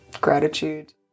gratitude